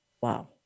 Wow